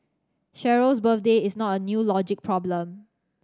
Cheryl's birthday is not a new logic problem